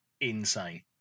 insane